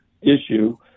issue